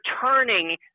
turning